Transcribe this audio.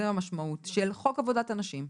זו המשמעות של חוק עבודת הנשים.